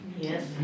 Yes